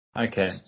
Okay